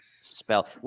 spell